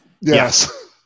Yes